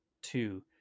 two